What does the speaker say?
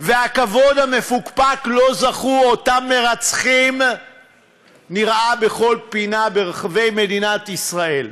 והכבוד המפוקפק שלו זכו אותם מרצחים נראה בכל פינה ברחבי מדינת ישראל.